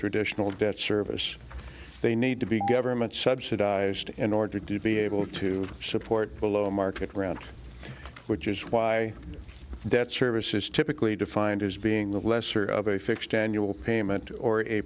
traditional debt service they need to be government subsidized in order to be able to support below market round which is why debt service is typically defined as being the lesser of a fixed annual payment or a